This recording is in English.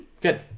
Good